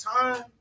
time